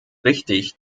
wichtig